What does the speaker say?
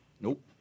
Nope